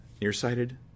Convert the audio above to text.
nearsighted